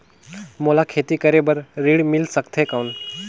मोला खेती करे बार ऋण मिल सकथे कौन?